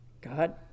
God